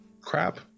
Crap